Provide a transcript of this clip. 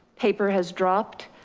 paper has dropped.